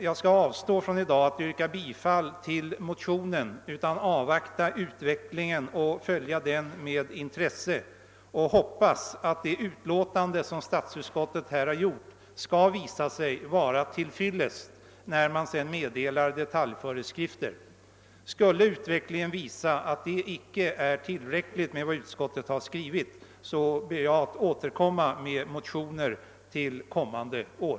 Jag avstår i dag från att yrka bifall till min motion och avvaktar i stället utvecklingen med intresse i hopp om att statsutskottets förslag skall visa sig vara till fyllest när detaljföreskrifter senare meddelas. Skulle utvecklingen visa att det icke är tillräckligt med vad utskottet skrivit, ber jag att få återkomma med motion till kommande år.